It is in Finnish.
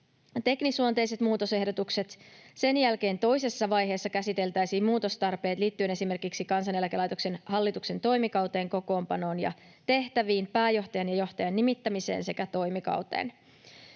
teknisluonteiset muutosehdotukset. Sen jälkeen toisessa vaiheessa käsiteltäisiin muutostarpeet liittyen esimerkiksi Kansaneläkelaitoksen hallituksen toimikauteen, kokoonpanoon ja tehtäviin, pääjohtajan ja johtajien nimittämiseen sekä toimikauteen.